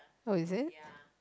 oh is it